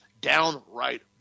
downright